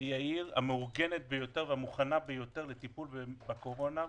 היא העיר המאורגנת והמוכנה ביותר לטיפול בקורונה.